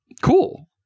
Cool